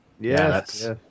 Yes